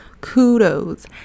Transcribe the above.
Kudos